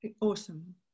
awesome